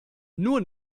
nur